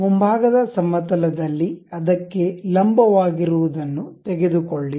ಮುಂಭಾಗದ ಸಮತಲ ದಲ್ಲಿ ಅದಕ್ಕೆ ಲಂಬವಾಗಿರುವದನ್ನು ತೆಗೆದುಕೊಳ್ಳಿ